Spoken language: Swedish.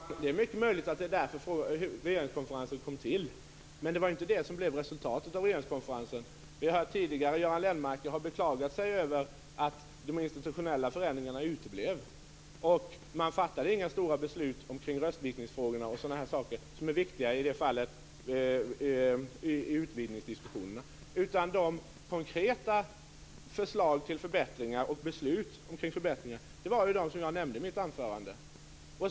Fru talman! Det är mycket möjligt att det är därför som regeringskonferensen ägde rum. Men det var inte det som blev resultatet av regeringskonferensen. Göran Lennmarker har tidigare beklagat sig över att de institutionella förändringarna uteblev. Man fattade inte några stora beslut om röstviktningsfrågorna och annat som är viktiga i samband med utvidgningsdiskussionerna. De konkreta förslagen till förbättringar och besluten om förbättringar var de som jag nämnde i mitt anförande.